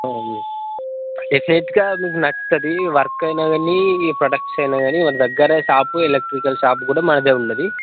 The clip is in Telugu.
అవును డెఫినిట్గా మీకు నచ్చుతుంది వర్క్ అయినా గానీ ప్రోడక్ట్స్ అయినా గానీ మన దగ్గరే షాప్ ఎలక్ట్రికల్ షాప్ కూడా మనదే ఉన్నది